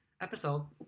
episode